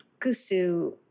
kusu